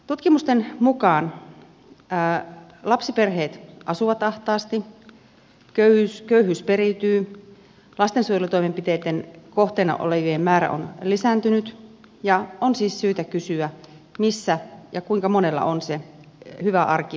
tutkimusten mukaan lapsiperheet asuvat ahtaasti köyhyys periytyy lastensuojelutoimenpiteitten kohteena olevien määrä on lisääntynyt ja on siis syytä kysyä missä ja kuinka monella on se hyvä arki lapsiperheessä